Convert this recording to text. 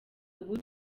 ubu